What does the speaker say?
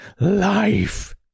life